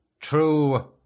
True